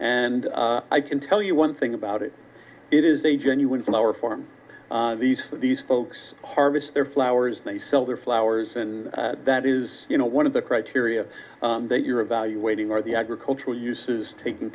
and i can tell you one thing about it it is a genuine sour form these these folks harvest their flowers they sell their flowers and that is you know one of the criteria that you're evaluating are the agricultural uses taking